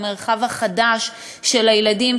המרחב החדש של הילדים,